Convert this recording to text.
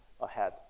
ahead